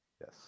Yes